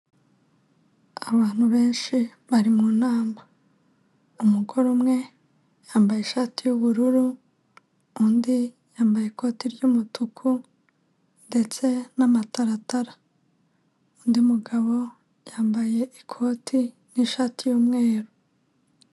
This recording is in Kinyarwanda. Abantu benshi bari mu nama, umugore umwe yambaye ishati y'ubururu undi yambaye ikoti ry'umutuku ndetse n'amataratara, undi mugabo yambaye ikoti n'ishati y'umweru.